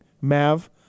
mav